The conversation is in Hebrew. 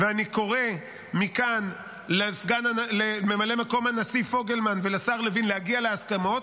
אני קורא מכאן לממלא מקום הנשיא פוגלמן ולשר לוין להגיע להסכמות,